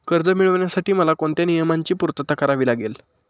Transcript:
कर्ज मिळविण्यासाठी मला कोणत्या नियमांची पूर्तता करावी लागेल?